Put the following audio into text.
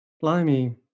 Blimey